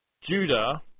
Judah